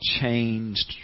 changed